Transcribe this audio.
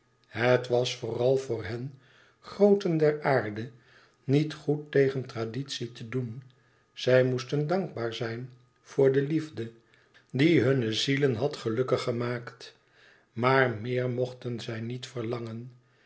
het was vooral voor hen grooten der aarde niet goed tegen traditie te doen zij moesten dankbaar zijn voor de liefde die hunne zielen had gelukkig gemaakt maar meer mochten zij niet verlangen